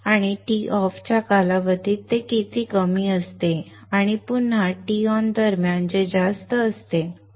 आणि Toff च्या काळात ते कमी असते आणि पुन्हा Ton दरम्यान ते जास्त असते